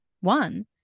one